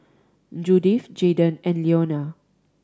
Judyth Jaydon and Leonia